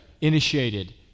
initiated